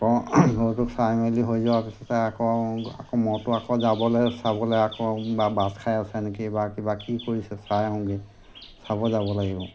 আকৌ গৰুটো চাই মেলি হৈ যোৱাৰ পিছতে আকৌ আকৌ ম'হটো আকৌ যাবলৈ চাবলৈ আকৌ বা বাঁহ খাই আছে নেকি বা কিবা কি কৰিছে চাই আহোঁগৈ চাব যাব লাগিব